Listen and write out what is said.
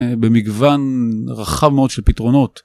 במגוון רחב מאוד של פתרונות.